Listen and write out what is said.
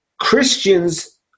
Christians